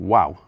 Wow